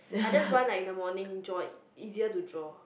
I just want like in the morning draw it easier to draw